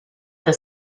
the